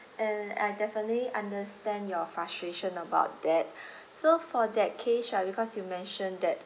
and I definitely understand your frustration about that so for that case right because you mentioned that